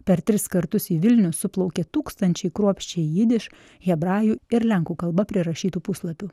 per tris kartus į vilnių suplaukė tūkstančiai kruopščiai jidiš hebrajų ir lenkų kalba prirašytų puslapių